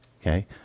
okay